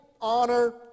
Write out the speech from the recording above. honor